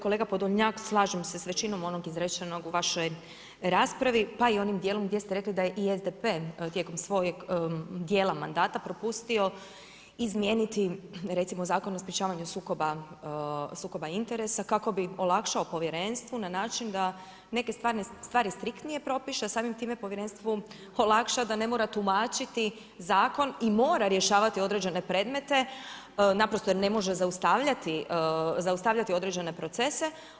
Kolega Podolnjak, slažem se sa većinom onog izrečenog u vašoj raspravi, pa i onim dijelom gdje ste rekli da je i SDP tijekom svojeg dijela mandata propustio izmijeniti recimo Zakon o sprječavanju sukoba interesa kako bi olakšao povjerenstvu na način da neke stvari striktnije propiše, a samim time povjerenstvu olakša da ne mora tumačiti zakon i mora rješavati određene predmete naprosto jer ne može zaustavljati određene procese.